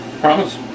Promise